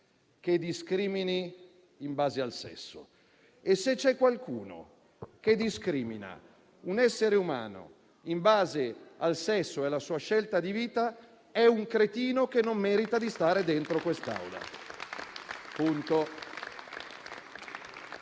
che discrimini in base al sesso. E, se c'è qualcuno che discrimina un essere umano in base al sesso e alla sua scelta di vita, è un cretino che non merita di stare dentro quest'Aula.